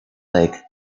lake